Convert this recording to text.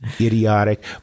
idiotic